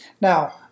Now